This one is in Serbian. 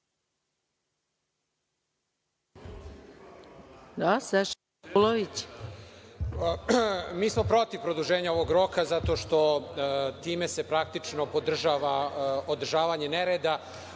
**Saša Radulović** Mi smo protiv produženja ovog roka zato što se time praktično podržava održavanje nereda.